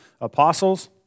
apostles